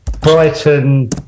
brighton